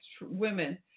women